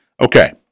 Okay